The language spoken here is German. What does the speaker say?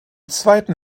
zweiten